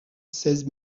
seize